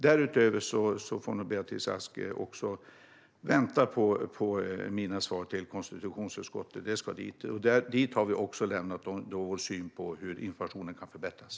Därutöver får också Beatrice Ask vänta på mina svar till konstitutionsutskottet när jag ska dit. Dit har vi också lämnat vår syn på hur informationen kan förbättras.